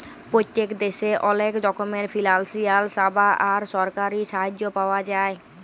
পত্তেক দ্যাশে অলেক রকমের ফিলালসিয়াল স্যাবা আর সরকারি সাহায্য পাওয়া যায়